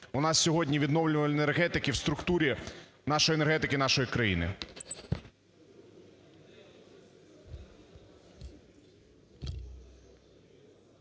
у нас сьогодні відновлювальної енергетики в структурі нашої енергетики нашої країни?